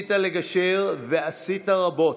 ניסית לגשר ועשית רבות,